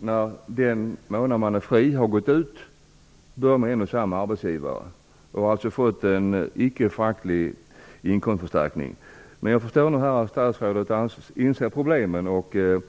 När den månad under vilken man är fri har gått ut börjar man om med samma arbetsgivare. Därmed har man fått en icke föraktlig inkomstförstärkning. Jag förstår att statsrådet inser problemen här.